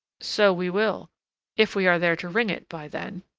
so we will if we are there to wring it by then.